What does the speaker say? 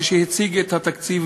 כשהציג את התקציב,